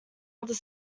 other